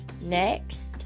Next